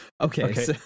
Okay